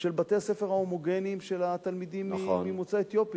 של בתי-הספר ההומוגניים של התלמידים ממוצא אתיופי.